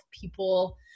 people